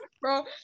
bro